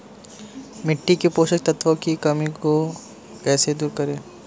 मिट्टी के पोषक तत्वों की कमी को कैसे दूर करें?